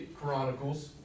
Chronicles